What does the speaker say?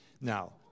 Now